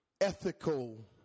ethical